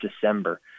December